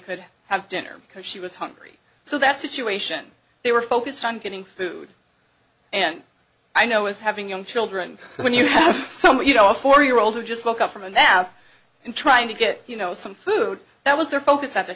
could have dinner because she was hungry so that situation they were focused on getting food and i know is having young children when you have someone you know a four year old who just woke up from an out and trying to get you know some food that was their focus at the